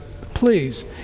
please